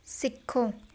ਸਿੱਖੋ